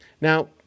Now